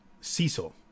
Cecil